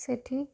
ସେଇଠି